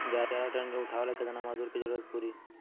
ग्यारह टन गेहूं उठावेला केतना मजदूर के जरुरत पूरी?